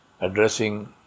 addressing